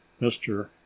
mr